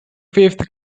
fifth